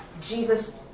Jesus